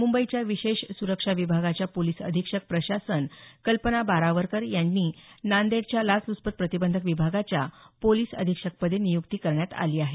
मुंबईच्या विशेष सुरक्षा विभागाच्या पोलीस अधीक्षक प्रशासन कल्पना बारावकर यांची नांदेडच्या लाचल्चपत प्रतिबंधक विभागाच्या पोलीस अधीक्षकपदी नियुक्ती करण्यात आली आहे